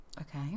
Okay